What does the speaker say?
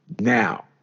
now